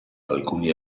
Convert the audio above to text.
alcuni